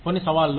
కొన్ని సవాళ్లు